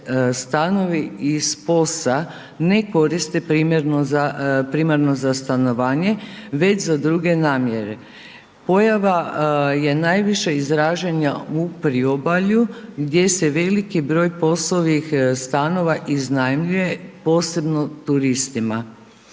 stanovi iz POS-a ne koriste primarno za stanovanje već za druge namjere. Pojava je najviše izražena u priobalju gdje se veliki broj POS-ovih iznajmljuje posebno turistima.